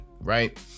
right